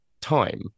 time